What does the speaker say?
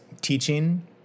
teaching